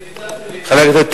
אני ויתרתי לטיבי.